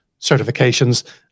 certifications